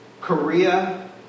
Korea